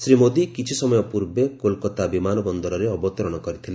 ଶ୍ରୀ ମୋଦି କିଛିସମୟ ପୂର୍ବେ କୋଲକାତା ବିମାନ ବନ୍ଦରରେ ଅବତରଣ କରିଥିଲେ